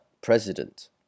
president